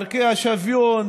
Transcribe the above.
ערכי השוויון,